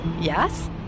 Yes